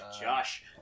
Josh